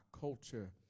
culture